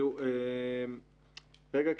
כרגע,